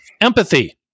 empathy